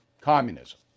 communism